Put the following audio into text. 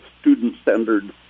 student-centered